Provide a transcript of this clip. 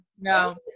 no